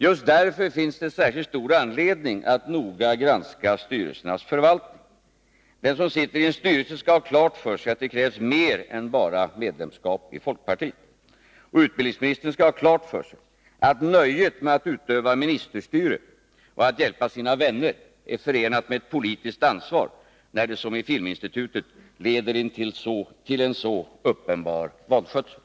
Just därför finns det särskilt stor anledning att noga granska styrelsernas förvaltning. Den som sitter i en styrelse skall ha klart för sig att det krävs mer än bara medlemskap i folkpartiet. Och utbildningsministern skall ha klart för sig att nöjet med att utöva ministerstyre och att hjälpa sina vänner är förenat med ett politiskt ansvar, när det — som i fallet filminstitutet — leder till en så uppenbar vanskötsel.